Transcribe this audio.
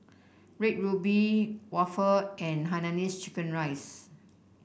Red Ruby waffle and Hainanese Chicken Rice